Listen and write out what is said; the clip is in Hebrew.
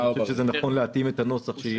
נכון להתאים את הנוסח.